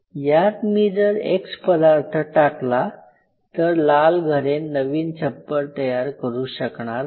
यात मी जर "x" पदार्थ टाकला तर लाल घरे नवीन छप्पर तयार करू शकणार नाही